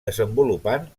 desenvolupant